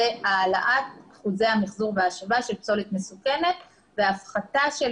הוא העלאת אחוזי המיחזור וההשבה של פסולת מסוכנת והפחתה של